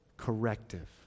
corrective